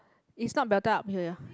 it's not better up here ya ya ya